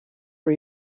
for